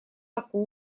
такую